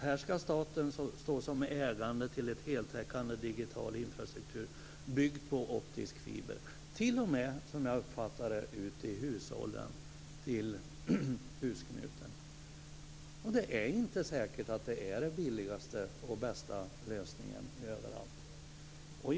Här ska staten stå som ägare till en heltäckande digital infrastruktur, byggd på optisk fiber, t.o.m., som jag uppfattat det, till hushållen, till husknuten. Det är inte säkert att det är den billigaste och bästa lösningen överallt.